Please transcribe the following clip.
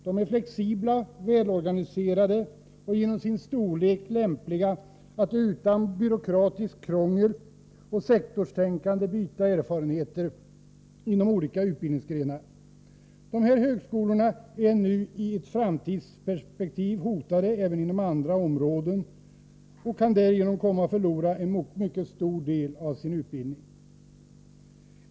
De är flexibla, välorganiserade och genom sin storlek lämpliga, utan byråkratiskt krångel och sektorstänkande, för utbyte av erfarenheter inom olika utbildningsgrenar. De här högskolorna är nu i ett framtidsperspektiv hotade även i fråga om andra områden och kan därigenom förlora en mycket stor del av sin utbildning.